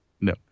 no